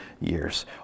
years